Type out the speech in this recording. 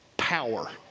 power